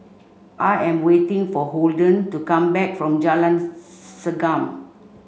I am waiting for Holden to come back from Jalan Segam